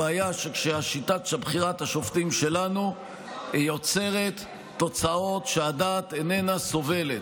הבעיה שהשיטה של בחירת השופטים שלנו יוצרת תוצאות שהדעת איננה סובלת,